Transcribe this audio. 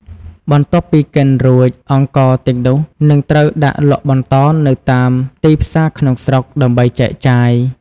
បន្ទាប់ពីកិនរួច អង្ករទាំងនោះនឹងត្រូវដាក់លក់បន្តនៅតាមទីផ្សារក្នុងស្រុក ដើម្បីចែកចាយ។